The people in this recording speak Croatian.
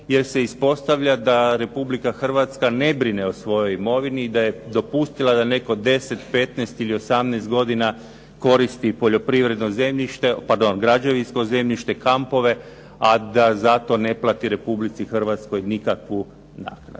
jer se ispostavlja da Republika Hrvatska ne brine o svojoj imovini i da je dopustila da netko 10, 15 ili 18 godina koristi poljoprivredno zemljište, pardon građevinsko zemljište, kampove a da za to ne plati Republici Hrvatskoj nikakvu naknadu.